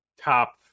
top